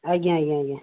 ଆଜ୍ଞା ଆଜ୍ଞା ଆଜ୍ଞା